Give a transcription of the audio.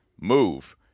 move